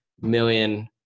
million